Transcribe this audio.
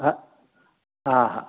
हा हा हा